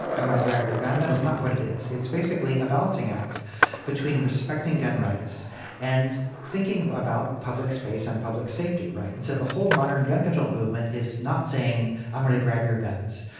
i want to grab your gun. that's not what it is. it's basically a balancing act between respecting gun rights and thinking about public space and public safety. right. and so the whole modern gun control movement is not saying i'm going to grab your guns.